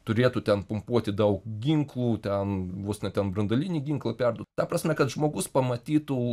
turėtų ten pumpuoti daug ginklų ten vos ne ten branduolinį ginklą perduot ta prasme kad žmogus pamatytų